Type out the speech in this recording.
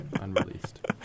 unreleased